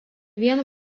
vienu